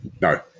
No